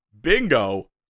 bingo